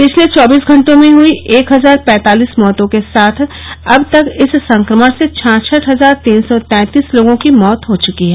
पिछले चौबीस घंटों में हई एक हजार पैंतालिस मौतों के साथ अब तक इस संक्रमण से छाछठ हजार तीन सौ तैंतीस लोगों की मौत हो चुकी है